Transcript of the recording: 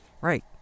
Right